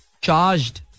charged